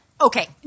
Okay